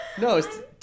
No